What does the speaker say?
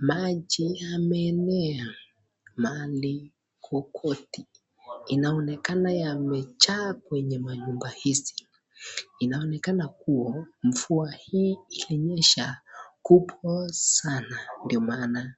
maji yameenea mahali kokote ,inaonekana yamejaa kwenye manyumba hizi. Inaonekana kuwa mvua hii ilinyesha kubwa sana ndo maana.